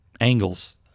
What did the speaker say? angles